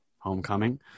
homecoming